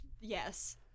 yes